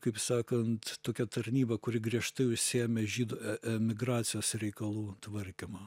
kaip sakant tokia tarnyba kuri griežtai užsiėmė žydų e emigracijos reikalų tvarkymą